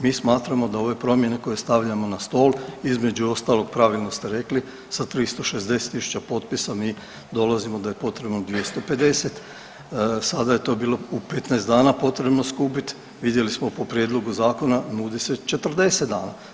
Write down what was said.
Mi smatramo da ove promjene koje stavljamo na stol između ostaloga pravilno ste rekli sa 360.000 potpisa mi dolazimo da je potrebno 250, sada je to bilo u 15 dana potrebno skupiti vidjeli smo po prijedlogu zakona nudi se 40 dana.